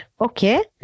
okay